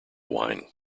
wine